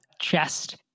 chest